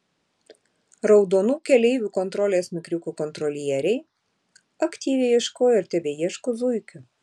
raudonų keleivių kontrolės mikriukų kontrolieriai aktyviai ieškojo ir tebeieško zuikių